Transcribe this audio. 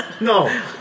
No